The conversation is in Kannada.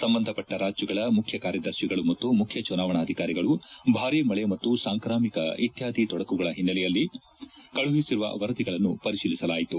ಸಂಬಂಧಪಟ್ಟ ರಾಜ್ಗಳ ಮುಖ್ಯ ಕಾರ್ಯದರ್ಶಿಗಳು ಮತ್ತು ಮುಖ್ಯ ಚುನಾವಣಾಧಿಕಾರಿಗಳು ಭಾರೀ ಮಳೆ ಮತ್ತು ಸಾಂಕ್ರಾಮಿಕ ಇತ್ನಾದಿ ತೊಡಕುಗಳ ಹಿನ್ನೆಲೆಯಲ್ಲಿ ಕಳುಹಿಸಿರುವ ವರದಿಗಳನ್ನು ಪರಿಶೀಲಿಸಲಾಯಿತು